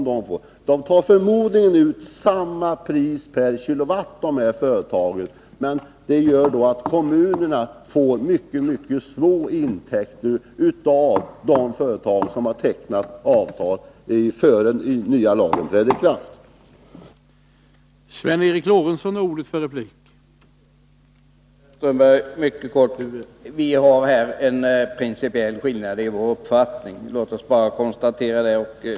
De tar förmodligen ut samma pris per kilowatt, men kommunerna får mycket små intäkter av de företag som har tecknat avtal före den nya lagens ikraftträdande.